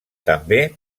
també